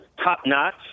top-notch